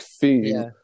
theme